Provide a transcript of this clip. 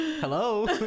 Hello